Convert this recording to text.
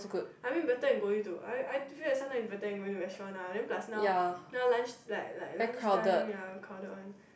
I mean better then going to I I feel that sometimes it's better than going to restaurant ah and then plus now now like lunch lunch time ya crowded one